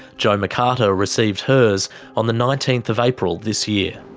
jo mccarter received hers on the nineteenth of april this year.